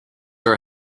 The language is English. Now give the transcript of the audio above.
are